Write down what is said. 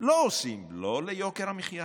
לא עושים, לא ליוקר המחיה,